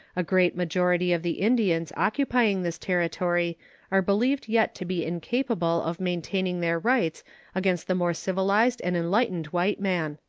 a great majority of the indians occupying this territory are believed yet to be incapable of maintaining their rights against the more civilized and enlightened white man.